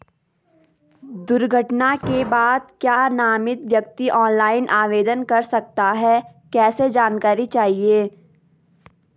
दुर्घटना के बाद क्या नामित व्यक्ति ऑनलाइन आवेदन कर सकता है कैसे जानकारी चाहिए?